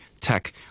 tech